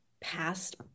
past